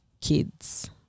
kids